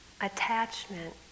attachment